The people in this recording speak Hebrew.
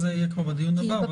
זה יהיה כבר בדיון הבא.